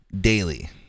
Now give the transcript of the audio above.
daily